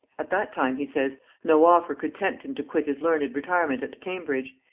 at that time, he says, no offer could tempt him to quit his learned retirement at cambridge,